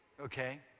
Okay